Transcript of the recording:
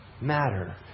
matter